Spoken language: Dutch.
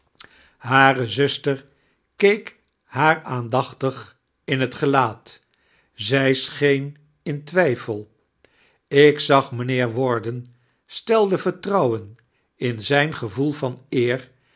hare znster keek haar aandachtdg in het gelaat zij scheen in tiwijfel ik zag mijnheer warden stelde vertrouwen in zijn gevoel van eer